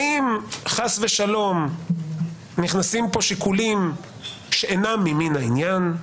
האם חס ושלום נכנסים פה שיקולים שאינם ממין העניין?